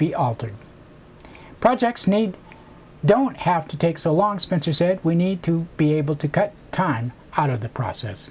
be altered projects need don't have to take so long spencer said we need to be able to cut time out of the process